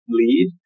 lead